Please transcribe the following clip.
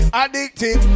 addicted